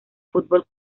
fútbol